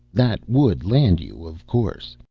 that would land you, of course.